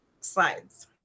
slides